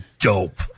dope